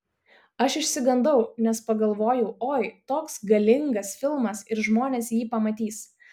aš išsigandau nes pagalvojau oi toks galingas filmas ir žmonės jį pamatys